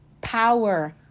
Power